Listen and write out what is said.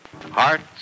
Hearts